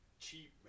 cheap